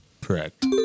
Correct